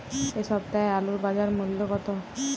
এ সপ্তাহের আলুর বাজার মূল্য কত?